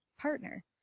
partner